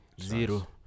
zero